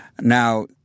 Now